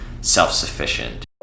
self-sufficient